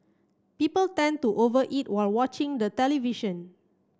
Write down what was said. people tend to over eat while watching the television